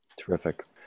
Terrific